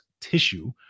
tissue